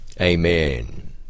amen